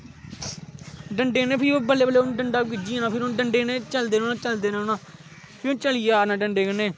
डंडे कन्नै फ्ही ओह् बल्लें बल्लें डंडा कन्नै बी गिज्झी जाना डंडे कन्नै चलदे रौहना चलदे रौहना फ्ही उन्नै चलियै गै आना डंडे कन्नै